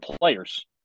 players